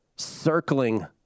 circling